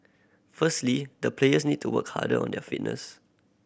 firstly the players need to work harder on their fitness